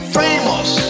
famous